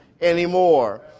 anymore